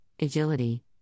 agility